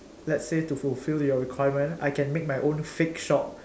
let's say to fulfill your requirement I can make my own fake shop